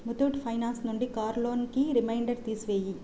ముతూట్ ఫైనాన్స్ నుండి కారు లోన్కి రిమైండర్ తీసివేయి